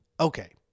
Okay